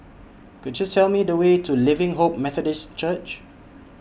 Could YOU Tell Me The Way to Living Hope Methodist Church